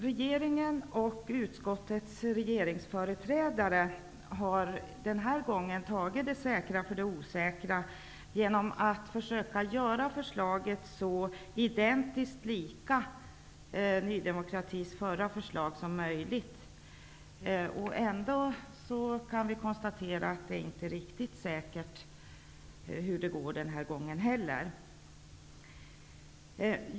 Regeringen och utskottets regeringsföreträdare har den här gången tagit det säkra för det osäkra genom att försöka göra förslaget så identiskt med Ny demokratis förra förslag som möjligt. Ändå kan vi konstatera att man inte heller den här gången kan vara riktigt säker på hur det kommer att gå.